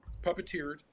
puppeteered